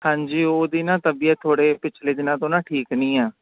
ਹਾਂਜੀ ਉਹ ਦੀ ਨਾ ਤਬੀਅਤ ਥੋੜ੍ਹੇ ਪਿਛਲੇ ਦਿਨਾਂ ਤੋਂ ਨਾ ਠੀਕ ਨਹੀਂ ਆ